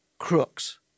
crooks